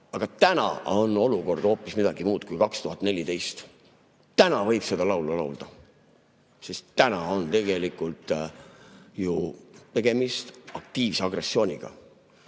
Aga täna on olukord hoopis midagi muud kui 2014, täna võib seda laulu laulda, sest täna on tegelikult ju tegemist aktiivse agressiooniga.